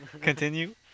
Continue